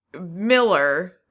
Miller